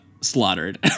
slaughtered